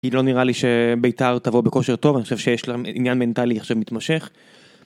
היא לא נראה לי שביתר תבוא בקושר טוב אני חושב שיש לה עניין מנטלי מתמשך.